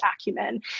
acumen